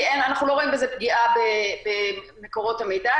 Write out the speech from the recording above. כי אנחנו לא רואים בזה פגיעה במקורות המידע,